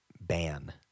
Ban